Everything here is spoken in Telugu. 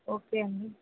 ఓకే అండీ